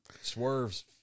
Swerve's